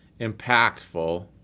impactful